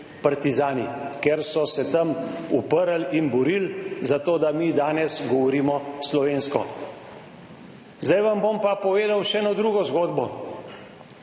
partizani, ker so se tam uprli in borili za to, da mi danes govorimo slovensko. Zdaj vam bom pa povedal še eno drugo zgodbo.